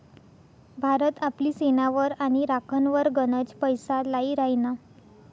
भारत आपली सेनावर आणि राखनवर गनच पैसा लाई राहिना